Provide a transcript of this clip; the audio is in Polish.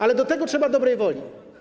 Ale do tego trzeba dobrej woli.